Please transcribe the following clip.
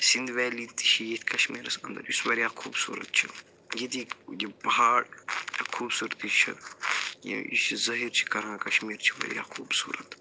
Sindh valley تہِ چھِ ییٚتھۍ کَشمیٖرَس اَنٛدَر یُس واریاہ خوٗبصوٗرَت چھُ ییٚتِکۍ یِم پہاڑ یہِ خوٗبصوٗرتی چھِ یُس یہِ ظٲہِر چھِ کران کَشمیٖر چھِ واریاہ خوٗبصوٗرَت